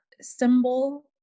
symbol